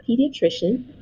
pediatrician